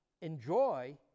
enjoy